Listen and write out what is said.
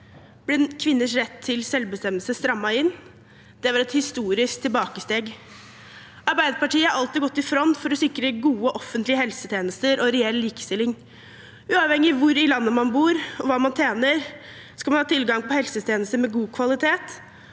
ble kvinners rett til selvbestemmelse strammet inn. Det var et historisk tilbakesteg. Arbeiderpartiet har alltid gått i front for å sikre gode offentlige helsetjenester og reell likestilling. Uavhengig av hvor i landet man bor, og hva man tjener, skal man ha tilgang på helsetjenester med god kvalitet,